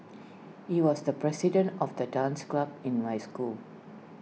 he was the president of the dance club in my school